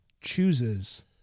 chooses